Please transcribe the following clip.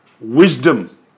wisdom